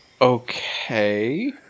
Okay